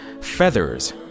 Feathers